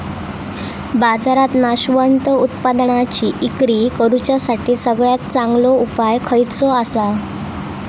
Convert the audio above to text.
बाजारात नाशवंत उत्पादनांची इक्री करुच्यासाठी सगळ्यात चांगलो उपाय खयचो आसा?